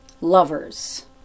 lovers